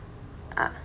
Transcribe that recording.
ah